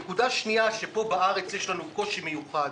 הנקודה השנייה שיש לנו אתה קושי מיוחד